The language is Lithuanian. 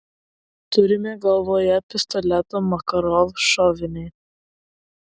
turimi galvoje pistoleto makarov šoviniai